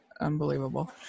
unbelievable